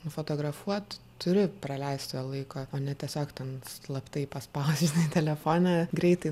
nufotografuot turi praleist jo laiko o ne tiesiog ten slaptai paspaust žinai telefoną greitai